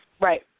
right